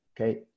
Okay